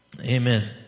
Amen